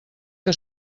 que